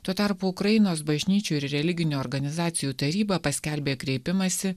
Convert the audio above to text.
tuo tarpu ukrainos bažnyčių ir religinių organizacijų taryba paskelbė kreipimąsi